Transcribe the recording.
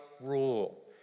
rule